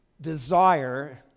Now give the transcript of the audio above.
desire